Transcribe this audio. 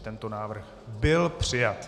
Tento návrh byl přijat.